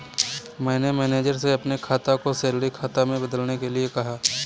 मैंने मैनेजर से अपने खाता को सैलरी खाता में बदलने के लिए कहा